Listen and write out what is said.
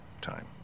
time